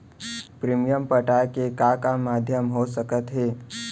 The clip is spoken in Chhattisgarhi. प्रीमियम पटाय के का का माधयम हो सकत हे?